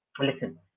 Listen